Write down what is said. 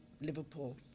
Liverpool